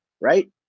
right